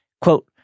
Quote